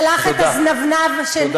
שלח את הזנבנב שמצרצר שם בצד.